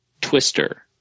Twister